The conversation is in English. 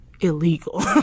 Illegal